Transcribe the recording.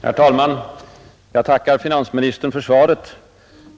Herr talman! Jag tackar finansministern för svaret.